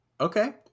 Okay